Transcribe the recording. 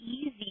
easy